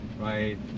Right